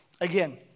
Again